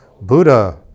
Buddha